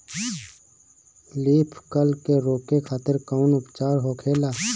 Leaf curl के रोके खातिर कउन उपचार होखेला?